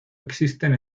existen